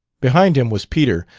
behind him was peter,